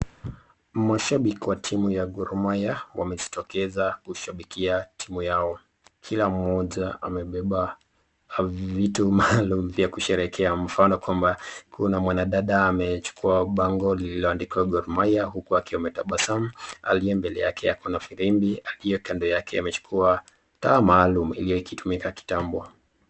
Mashabiki ya time ya Gor mahia wamejitokesa kushabikia timu yao, kila moja amepepa vitu maalum ya kusherekea mfano kwamba kuna mwanadada amejukua pango lilioandikwa Gor mahia wakiwa wanatapasamu na aliye mbele yake ako na vilimbi , aliye kando yake amejukua vifaa maalum iliyotumika kitambo.